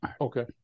okay